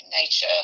nature